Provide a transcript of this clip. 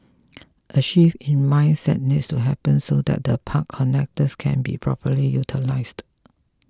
a shift in mindset needs to happen so that the park connectors can be properly utilised